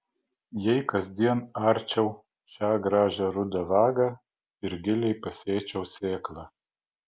jei kasdien arčiau šią gražią rudą vagą ir giliai pasėčiau sėklą